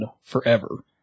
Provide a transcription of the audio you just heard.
forever